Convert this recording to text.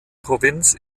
provinz